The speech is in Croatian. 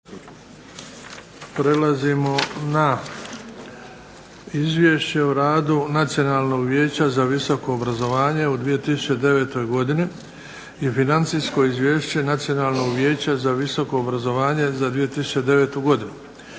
prihvati Izvješće o radu Nacionalnog vijeća za visoko obrazovanje u 2009. godini i Financijsko izvješće Nacionalnog vijeća za visoko obrazovanje u toj istoj godini.